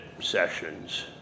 sessions